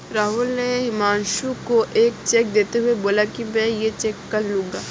राहुल ने हुमांशु को एक चेक देते हुए बोला कि मैं ये चेक कल लूँगा